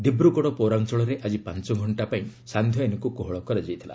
ଦିବ୍ରଗଡ଼ ପୌରାଞ୍ଚଳରେ ଆଜି ପାଞ୍ଚ ଘଣ୍ଟା ପାଇଁ ସାନ୍ଧ୍ୟ ଆଇନ୍କୁ କୋହଳ କରାଯାଇଥିଲା